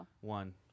one